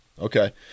Okay